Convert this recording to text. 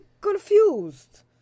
confused